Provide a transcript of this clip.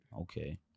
Okay